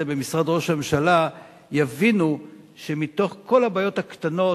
במשרד ראש הממשלה יבינו שמתוך כל הבעיות הקטנות,